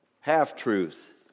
half-truth